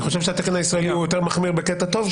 אני חושב שהתקן הישראלי הוא יותר מחמיר בקטע טוב,